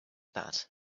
that